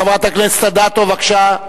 חברת הכנסת אדטו, בבקשה.